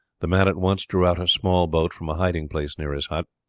the man at once drew out a small boat from a hiding-place near his hut.